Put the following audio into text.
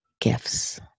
gifts